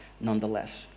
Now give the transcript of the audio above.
nonetheless